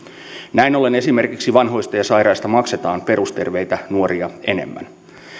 näin ollen esimerkiksi vanhoista ja sairaista maksetaan perusterveitä nuoria enemmän